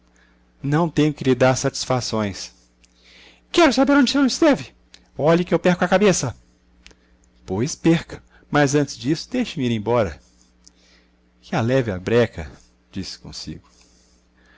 não tenho que lhe dar satisfações quero saber onde o senhor esteve olhe que eu perco a cabeça pois perca mas antes disso deixe-me ir embora que a leve a breca disse consigo